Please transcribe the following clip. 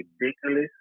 ridiculous